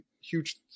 huge